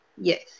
Yes